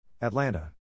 Atlanta